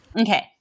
okay